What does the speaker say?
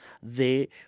de